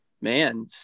man